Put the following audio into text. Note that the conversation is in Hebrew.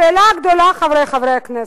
השאלה הגדולה, חברי חברי הכנסת,